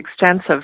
extensive